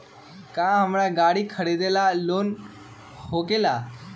का हमरा गारी खरीदेला लोन होकेला?